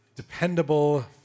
Dependable